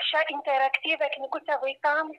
šią interaktyvią knygutę vaikam